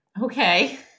Okay